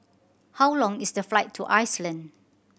how long is the flight to Iceland